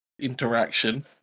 interaction